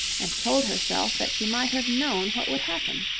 and told herself that she might have known what would happen.